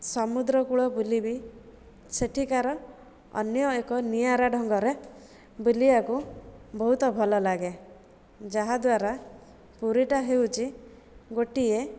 ସମୁଦ୍ରକୂଳ ବୁଲିବି ସେଠିକାର ଅନ୍ୟ ଏକ ନିଆରା ଢଙ୍ଗରେ ବୁଲିବାକୁ ବହୁତ ଭଲଲାଗେ ଯାହାଦ୍ୱାରା ପୁରୀଟା ହେଉଛି ଗୋଟିଏ